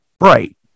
right